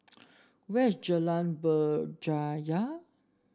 where is Jalan Berjaya